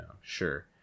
sure